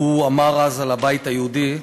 והוא אמר אז על הבית היהודי: